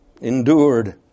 endured